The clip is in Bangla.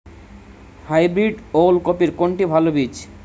হাইব্রিড ওল কপির কোনটি ভালো বীজ?